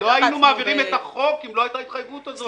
לא היינו מעבירים את החוק אם לא הייתה ההתחייבות הזאת.